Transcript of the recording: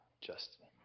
Justin